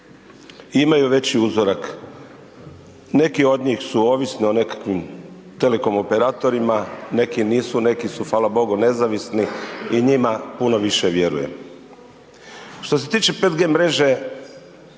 imaju veći uzorak. Neki od njih su ovisni o nekakvim telekom operatorima, neki nisu, neki su fala Bogu nezavisni i njima puno više vjerujem. Što se tiče 5G mreže